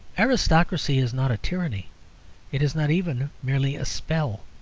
aristocracy is not a tyranny it is not even merely a spell.